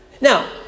Now